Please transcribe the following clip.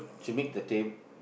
she make the